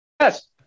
yes